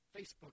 Facebook